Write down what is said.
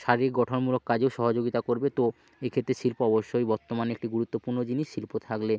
শারীরিক গঠনমূলক কাজেও সহযোগিতা করবে তো এক্ষেত্রে শিল্প অবশ্যই বর্তমানে একটি গুরুত্বপূর্ণ জিনিস শিল্প থাকলে